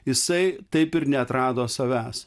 jisai taip ir neatrado savęs